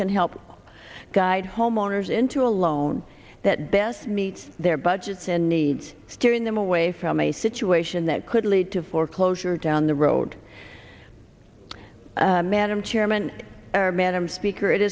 can help guide homeowners into a loan that best meets their budgets and needs steering them away from a situation that could lead to foreclosure down the road madam chairman madam speaker it